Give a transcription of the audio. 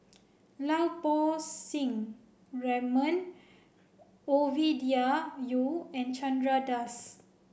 Lau Poo Seng Raymond Ovidia Yu and Chandra Das